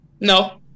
No